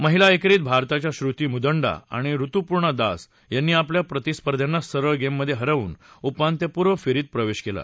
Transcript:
महिला एकेरीत भारताच्या श्रृती मुदंडा आणि ऋतूपर्णा दास यांनी आपल्या प्रतिस्पर्ध्यांना सरळ गेममधे हरवून उपांत्यपूर्वफेरीत प्रवेश केला